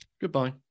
goodbye